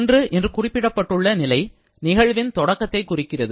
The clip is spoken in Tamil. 1 என்று குறிப்பிடப்பட்டுள்ள நிலை நிகழ்வின் தொடக்கத்தை குறிக்கிறது